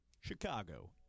Chicago